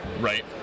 right